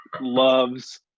loves